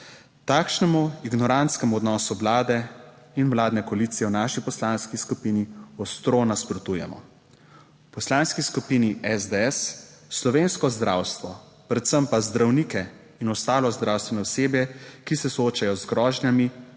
Takšnemu ignorantskemu odnosu vlade in vladne koalicije v naši poslanski skupini ostro nasprotujemo. V Poslanski skupini SDS slovensko zdravstvo, predvsem pa zdravnike in ostalo zdravstveno osebje, ki se soočajo z grožnjami,